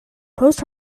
post